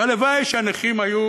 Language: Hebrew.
הלוואי שהנכים היו